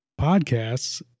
podcasts